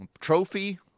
Trophy